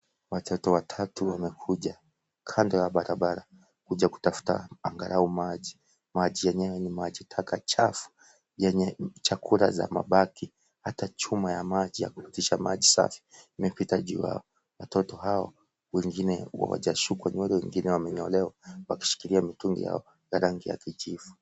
Watoto watatu wamekuja kando ya barabara kuja kutafuta angalau maji. Maji enyewe ni maji taka chafu yenye chakula za mabaki ata chuma ya maji ya kupitisha maji safi imepita juu apo. Watoto hao wengine hawajasukwa nywele wengine wamenyolewa wakishilia mtungi ya rangi kijivu.